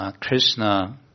Krishna